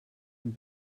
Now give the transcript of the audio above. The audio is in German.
dem